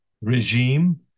regime